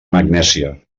magnèsia